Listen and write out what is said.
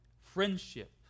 friendship